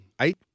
eight